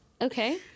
Okay